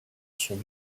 sont